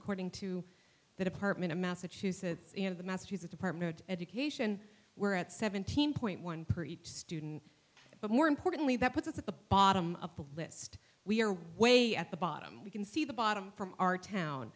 according to the department of massachusetts and the massachusetts department of education we're at seventeen point one per student but more importantly that puts us at the bottom of the list we're way at the bottom we can see the bottom from our town